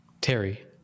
Terry